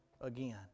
again